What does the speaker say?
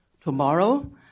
tomorrow